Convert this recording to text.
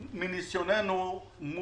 מה